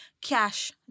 cash